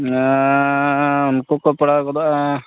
ᱩᱱᱠᱩ ᱠᱚ ᱯᱟᱲᱟᱣ ᱜᱚᱫᱚᱜᱼᱟ